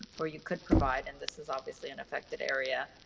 or you could provide and this is obviously an affected area.